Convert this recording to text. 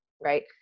right